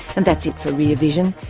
and that's it for rear vision.